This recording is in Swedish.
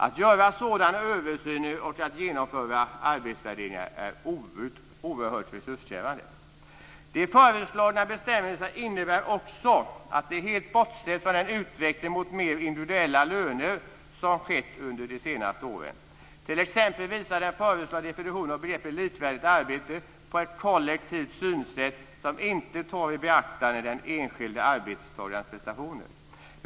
Att göra sådana översyner och att genomföra arbetsvärderingar är oerhört resurskrävande. De föreslagna bestämmelserna innebär också att det helt bortses från den utveckling mot mer individuella löner som skett under de senaste åren. T.ex. visar den föreslagna definitionen av begreppet likvärdigt arbete på ett kollektivt synsätt som inte tar i beaktande den enskilde arbetstagarens prestationer.